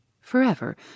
Forever